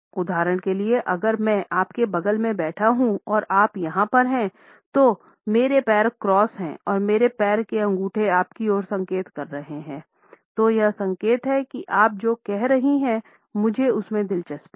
उदाहरण के लिये अगर मैं आपके बगल में बैठा हूँ और आप यहाँ पर हैं तो मेरा पैर क्रॉस हैं और मेरे पैर के अँगूठे आपकी ओर संकेत कर रहे हैं तो यह संकेत है कि आप जो कह रही है उसमें मुझे दिलचस्पी है